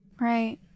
right